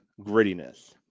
grittiness